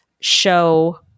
show